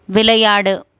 விளையாடு